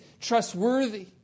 trustworthy